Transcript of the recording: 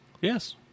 Yes